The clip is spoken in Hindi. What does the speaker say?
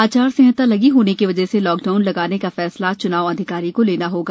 आचार संहिता लगी होने की वजह से लॉकडाउन लगाने का फैसला च्नाव अधिकारी को लेना होगा